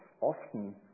often